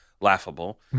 laughable